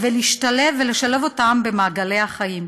ולהשתלב ולשלב אותם במעגלי החיים.